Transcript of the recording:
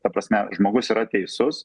ta prasme žmogus yra teisus